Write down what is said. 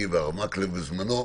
אני והרב מקלב בשעתו.